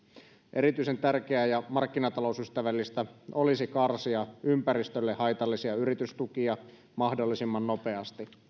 erityisen tärkeää ja markkinatalousystävällistä olisi karsia ympäristölle haitallisia yritystukia mahdollisimman nopeasti